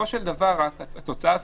התוצאה הסופית,